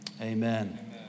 Amen